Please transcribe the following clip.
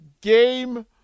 Game